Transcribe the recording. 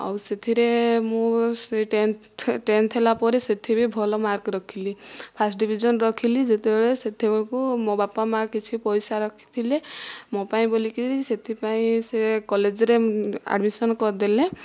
ଆଉ ସେଥିରେ ମୁଁ ସେଇ ଟେନ୍ଥ ଟେନ୍ଥ ହେଲା ପରେ ସେଇଠି ବି ଭଲ ମାର୍କ ରଖିଲି ଫାଷ୍ଟ ଡିଭିଜନ୍ ରଖିଲି ଯେତେବେଳେ ସେତେବେଳକୁ ମୋ ବାପା ମା' କିଛି ପଇସା ରଖିଥିଲେ ମୋ ପାଇଁ ବୋଲିକି ସେଥିପାଇଁ ସେ କଲେଜରେ ଆଡ଼ମିଶନ୍ କରିଦେଲେ